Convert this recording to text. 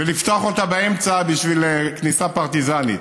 ולפתוח אותה באמצע בשביל כניסה פרטיזנית.